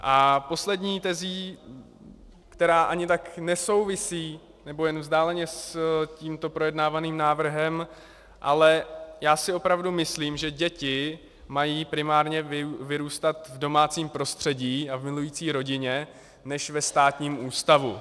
A poslední tezí, která ani tak nesouvisí, nebo jen vzdáleně, s tímto projednávaným návrhem, ale já si opravdu myslím, že děti mají primárně vyrůstat v domácím prostředí a milující rodině než ve státním ústavu.